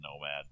Nomad